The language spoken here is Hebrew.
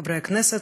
חברי הכנסת,